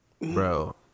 bro